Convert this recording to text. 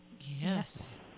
Yes